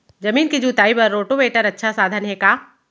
जमीन के जुताई बर रोटोवेटर अच्छा साधन हे का?